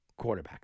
quarterbacks